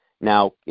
now